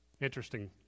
Interesting